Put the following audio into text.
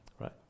Right